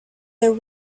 that